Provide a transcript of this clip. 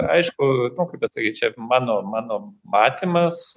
aišku kaip pasakyt čia mano mano matymas